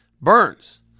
Burns